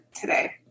today